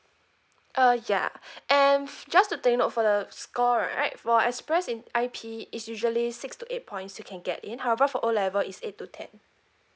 uh ya and just to take note for the score right for express in I_P is usually six to eight points you can get in however for O level is eight to ten